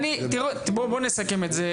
בואו נסכם את זה,